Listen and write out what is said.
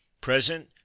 Present